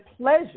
pleasure